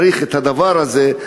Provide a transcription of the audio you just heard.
צריך את הדבר הזה,